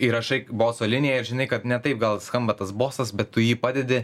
įrašai boso liniją ir žinai kad ne taip gal skamba tas bosas bet tu jį padedi